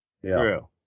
True